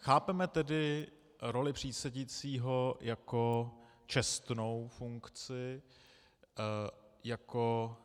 Chápeme tedy roli přísedícího jako čestnou funkci, jako